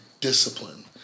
Discipline